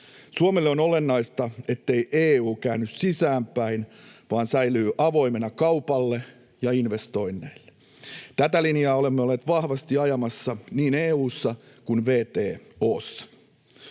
Suomelle on olennaista, ettei EU käänny sisäänpäin vaan säilyy avoimena kaupalle ja investoinneille. Tätä linjaa olemme olleet vahvasti ajamassa niin EU:ssa kuin WTO:ssa.